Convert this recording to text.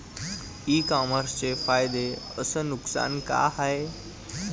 इ कामर्सचे फायदे अस नुकसान का हाये